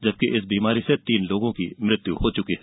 जबकि इस बीमारी से तीन लोगों की मृत्यु हो चुकी है